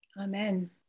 Amen